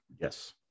Yes